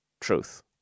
truth